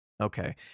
Okay